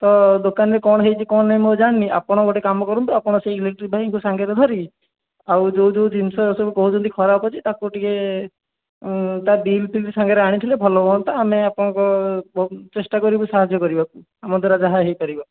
ତ ଦୋକାନରେ କ'ଣ ହେଇଛି କ'ଣ ନାଇଁ ମୁଁ ଆଉ ଜାଣିନି ଆପଣ ଗୋଟେ କାମ କରନ୍ତୁ ଆପଣ ସେହି ଇଲେକ୍ଟ୍ରି ଭାଇଙ୍କୁ ସାଙ୍ଗରେ ଧରି ଆଉ ଯେଉଁ ଯେଉଁ ଜିନିଷ ସବୁ କହୁଛନ୍ତି ଖରାପ ଅଛି ତା'କୁ ଟିକେ ତା ବିଲ୍ ଫିଲ୍ ସାଙ୍ଗରେ ଆଣିଥିଲେ ଭଲ ହୁଅନ୍ତା ଆମେ ଆପଣଙ୍କୁ ଚେଷ୍ଟା କରିବୁ ସାହାଯ୍ୟ କରିବାକୁ ଆମ ଦ୍ୱାରା ଯାହା ହେଇ ପାରିବ